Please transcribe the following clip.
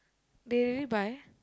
they really buy